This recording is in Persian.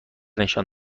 نشان